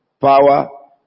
power